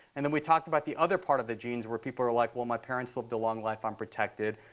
and then we talked about the other part of the genes, where people are like, well, my parents lived a long life. i'm protected.